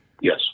yes